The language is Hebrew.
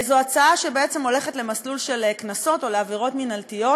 זו הצעה שבעצם הולכת למסלול של קנסות או לעבירות מינהלתיות